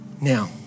Now